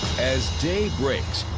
as day breaks.